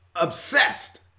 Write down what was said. obsessed